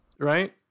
Right